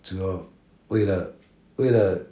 这个为了为了